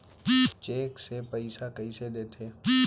Cheque से पइसा कइसे देथे?